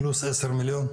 פלוס עשר מיליון?